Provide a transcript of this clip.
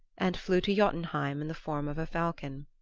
and flew to jotunheim in the form of a falcon.